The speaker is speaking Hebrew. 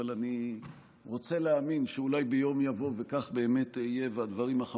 אבל אני רוצה להאמין שאולי יום יבוא וכך באמת יהיה,